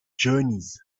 journeys